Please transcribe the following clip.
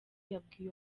yabwiye